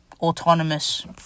autonomous